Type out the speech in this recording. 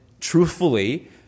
Truthfully